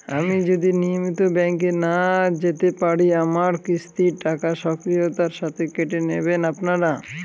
আমি যদি নিয়মিত ব্যংকে না যেতে পারি আমার কিস্তির টাকা স্বকীয়তার সাথে কেটে নেবেন আপনারা?